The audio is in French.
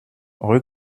rue